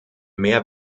mehr